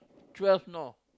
twelve know